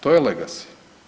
To je legasy.